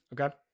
okay